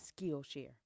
Skillshare